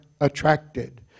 attracted